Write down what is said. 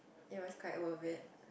it was quite all of it